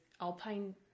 alpine